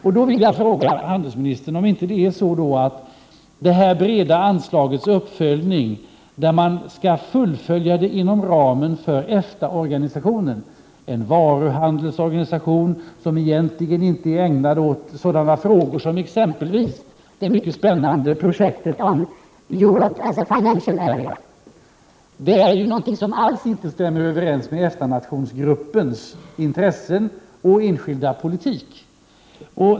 Jag vill fråga utrikeshandelsministern om det här breda anslagets uppföljning skall ske inom ramen för EFTA-organisationen. EFTA är ju en varuhandelsorganisation som egentligen inte är ägnad att arbeta med sådana frågor som det exempelvis mycket spännande projektet om Europe as a financial area. Det är något som inte alls stämmer överens med EFTA nationsgruppens intressen och enskilda politik.